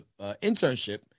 internship